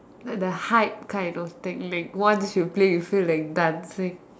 like the hype kind of technique once you play you feel like dancing